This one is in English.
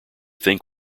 think